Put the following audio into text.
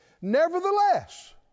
Nevertheless